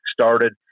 started